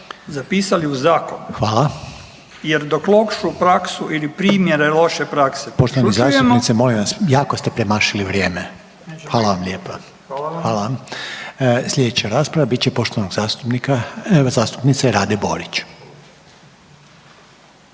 zapisali u zakonu …/Upadica: Hvala./… jer dok lošu praksu ili primjere loše prakse … **Reiner, Željko (HDZ)** Poštovani zastupniče molim vas, jako ste premašili vrijeme, hvala vam lijepa. Slijedeća rasprava bit će poštovanog zastupnika, zastupnice Rade Borić.